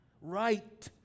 right